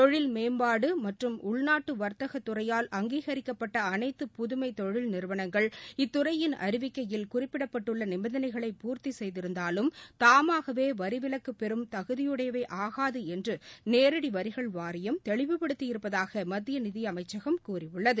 தொழில் மேம்பாடுமற்றும் உள்நாட்டுவாத்தகத் துறையால் அங்கீகிக்கப்பட்டஅனைத்து புதுமைதொழில் நிறுவனங்கள் இத்துறையின் அறிவிக்கையில் குறிப்பிடப்பட்டுள்ளநிபந்தனைகளை பூர்த்திசெய்திருந்தாலும் தாமாகவேவரிவிலக்குபெறும் தகுதியுடையவைஆகாதுஎன்றுநேரடிவரிகள் வாரியம் தெளிவுபடுத்தி இருப்பதாகமத்தியநிதிஅமைச்சகம் கூறியுள்ளது